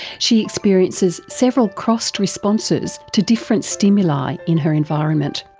she experiences several crossed responses to different stimuli in her environment.